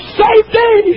safety